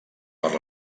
per